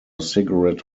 cigarette